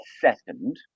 second